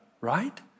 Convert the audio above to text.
right